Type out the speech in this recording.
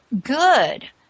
good